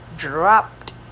Dropped